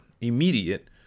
immediate